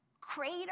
crater